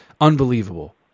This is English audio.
unbelievable